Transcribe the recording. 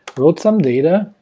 wrote some data,